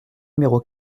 numéro